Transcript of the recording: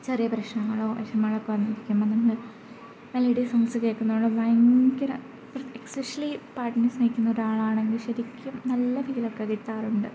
ചെറിയ പ്രശ്നങ്ങളോ വിഷമങ്ങളൊക്കെ വന്നിരിക്കുമ്പോള് നമ്മള് മെലഡി സോങ്ങ്സ് കേള്ക്കുന്നത് ഭയങ്കര ഒരു എസ്പെഷ്യലി പാട്ടിനെ സ്നേഹിക്കുന്നൊരാളാണെങ്കിൽ ശരിക്കും നല്ലൊരിതൊക്കെ കിട്ടാറുണ്ട്